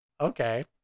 Okay